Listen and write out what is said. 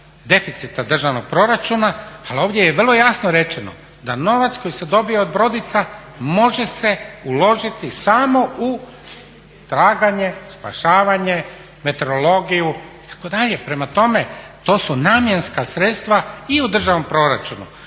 deficita državnog proračuna, ali ovdje je vrlo jasno rečeno da novac koji se dobije od brodica može se uložiti samo u traganje, spašavanje, meteorologiju itd. prema tome to su namjenska sredstva i u državnom proračunu.